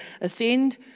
ascend